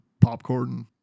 popcorn